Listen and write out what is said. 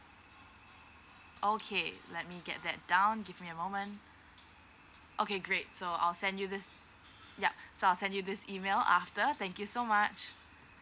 okay let me get that down give me a moment okay great so I'll send you this yup so I'll send you this email after thank you so much